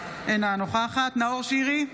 אינה נוכחת נאור שירי,